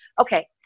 okay